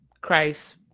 Christ